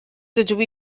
dydw